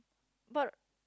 but